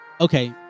Okay